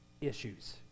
issues